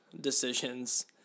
decisions